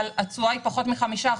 אבל התשואה היא פחות מ-5%,